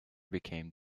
became